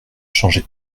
changer